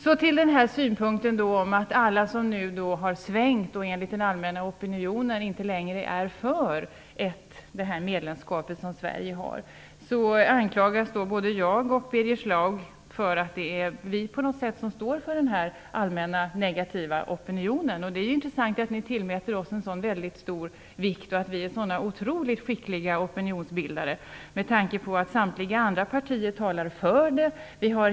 Så till synpunkten om den allmänna opinionen som nu har svängt och alla de som inte längre är för Sveriges medlemskap. Både jag och Birger Schlaug anklagas för att vi på något sätt står för denna negativa allmänna opinion. Det är intressant att ni tillmäter oss så stor vikt och att vi är så otroligt skickliga opinionsbildare, med tanke på att samtliga andra partier talar för medlemskap.